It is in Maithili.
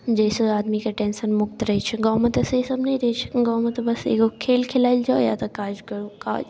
जाहिसँ आदमीके टेन्शन मुक्त रहै छै गाँवमे तऽ से सब नहि रहै छै गाँवमे तऽ बस एगो खेल खेलाय लए जाउ या तऽ काज करु